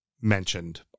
mentioned